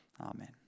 amen